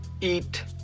Eat